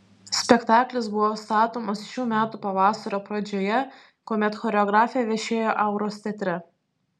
spektaklis buvo statomas šių metų pavasario pradžioje kuomet choreografė viešėjo auros teatre